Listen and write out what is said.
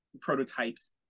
prototypes